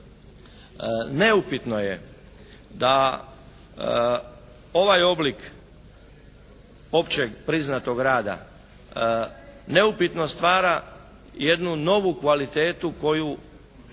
neupitno je da ovaj oblik općeg priznatog rada neupitno stvara jednu novu kvalitetu koja